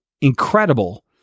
incredible